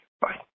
Bye